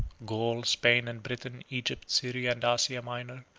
gaul, spain, and britain, egypt, syria, and asia minor,